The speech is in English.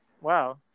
wow